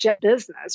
business